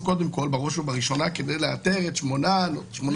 בראש ובראשונה כדי לאתר את שמונת הנוסעים.